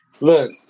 Look